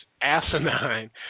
asinine